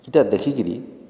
ଇଟା ଦେଖିକିରି